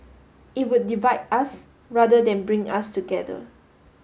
it would divide us rather than bring us together